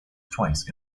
twice